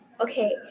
Okay